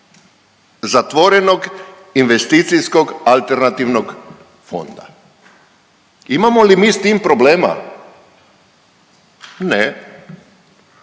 zatvorenog investicijskog alternativnog fonda. Imamo li mi s tim problema? Ne,